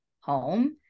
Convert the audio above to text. home